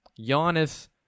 Giannis